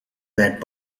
that